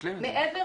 מעבר